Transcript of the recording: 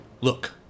Look